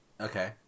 Okay